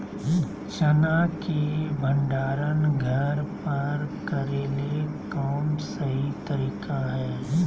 चना के भंडारण घर पर करेले कौन सही तरीका है?